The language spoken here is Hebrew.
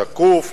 שקוף,